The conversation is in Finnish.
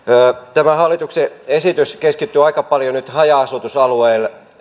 tämä hallituksen esitys keskittyy aika paljon nyt haja asutusalueille